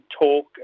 talk